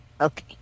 Okay